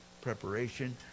preparation